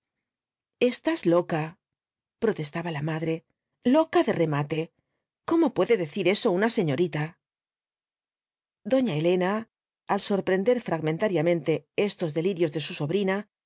elstás loca protestaba la madre loca de remate cómo puede decir eso una señorita doña elena al sorprender fragmentariamente estos delirios de su sobrina